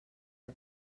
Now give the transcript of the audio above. que